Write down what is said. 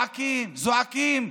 צועקים, זועקים: